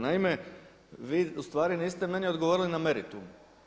Naime, vi u stvari niste meni odgovorili na meritum.